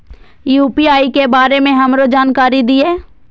UPI के बारे में हमरो जानकारी दीय?